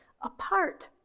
apart